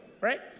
right